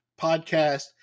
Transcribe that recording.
podcast